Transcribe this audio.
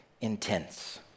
intense